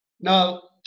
Now